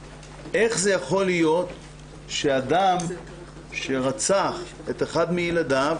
איך יכול להיות שאדם שרצח את אחד מילדיו